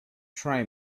try